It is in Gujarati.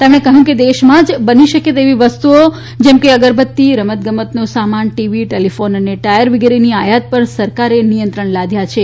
તેમણે કહ્યું કે દેશમાં જ બની શકે તેવી વસ્તુઓ જેમ કે અગરબત્તી રમતગમતનો સામાન ટીવી ટેલીફોન અને ટાયર વિગેરેની આયાત પર સરકારે નિયંત્રણ લાદથા છે